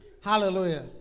Hallelujah